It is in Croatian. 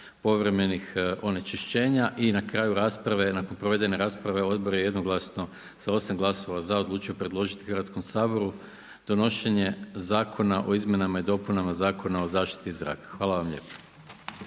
povremenih onečišćenja i na kraju rasprave, nakon provedene rasprava odbor je jednoglasno sa 8 glasova za, odlučio predložiti gradskom Saboru donošenje Zakona o izmjenama i dopunama Zakona o zaštiti zraka. Hvala vam lijepo.